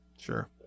sure